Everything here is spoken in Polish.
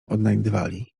odnajdywali